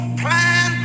plan